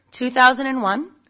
2001